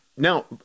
Now